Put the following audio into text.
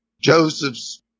Joseph's